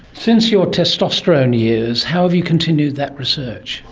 since your testosterone years, how have you continued that research?